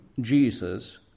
Jesus